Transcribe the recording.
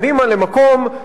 קדימה,